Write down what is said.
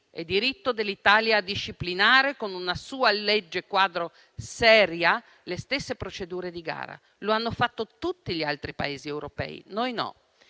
e diritto dell'Italia a disciplinare con una sua legge quadro seria le stesse procedure di gara: lo hanno fatto tutti gli altri Paesi europei, noi no.